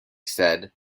said